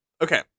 Okay